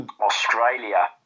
Australia